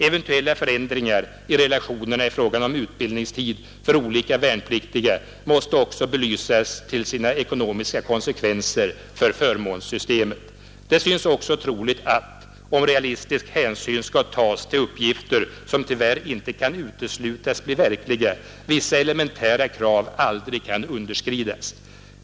Eventuella förändringar i relationerna i fråga om utbildningstid för olika värnpliktiga måste också belysas till sina ekonomiska konsekvenser för förmånssystemet. Det synes också troligt att, om realistisk hänsyn skall tas till uppgifter som tyvärr inte kan uteslutas bli verkliga, vissa elementära krav aldrig kan underskridas.